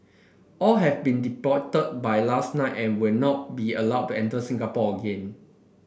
all have been deported by last night and will not be allowed to enter Singapore again